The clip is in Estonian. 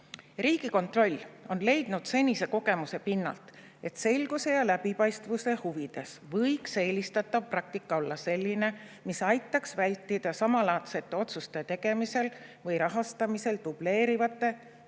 "Riigikontroll on leidnud senise kogemuse pinnalt, et selguse ja läbipaistvuse huvides võiks eelistatav praktika olla selline, mis aitaks vältida samalaadsete otsuste tegemisel või rahastamisel dubleerivate mehhanismide